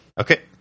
Okay